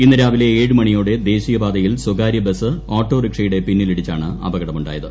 ഇന്ന് രാവിലെ ഏഴ് മണിയോടെ ദേശീയപാതയിൽ സ്വകാര്യ ബസ് ഓട്ടോറിക്ഷയുടെ പിന്നിലിടിച്ചാണ് അപകടമുണ്ടായത്